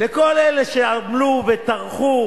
לכל אלה שעמלו וטרחו,